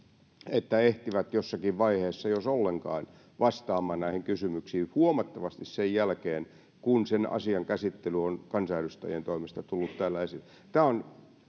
että ehtivät jossakin vaiheessa jos ollenkaan vastaamaan näihin kysymyksiin huomattavasti sen jälkeen kun sen asian käsittely on kansanedustajien toimesta tullut täällä esille tämä on